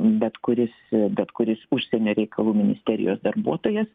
bet kuris bet kuris užsienio reikalų ministerijos darbuotojas